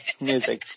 music